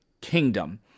kingdom